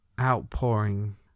outpouring